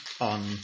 on